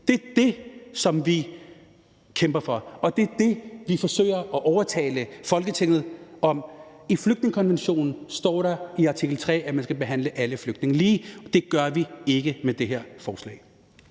Det er det, som vi kæmper for, og det er det, vi forsøger at overbevise Folketinget om. I flygtningekonventionen står der i artikel 3, at man skal behandle alle flygtninge lige, og det gør vi ikke med det her lovforslag.